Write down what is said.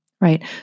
Right